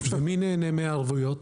מי נהנה מהערבויות?